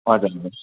हजुर हजुर